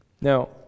Now